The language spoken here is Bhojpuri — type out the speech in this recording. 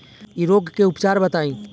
इ रोग के उपचार बताई?